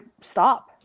stop